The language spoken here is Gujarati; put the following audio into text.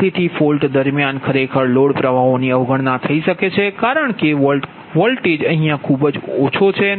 તેથી ફોલ્ટ દરમિયાન ખરેખર લોડ પ્રવાહોની અવગણના થઈ શકે છે કારણ કે વોલ્ટેજ ખૂબ જ ઓછો છે